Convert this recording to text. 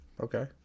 Okay